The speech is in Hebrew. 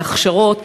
והכשרות,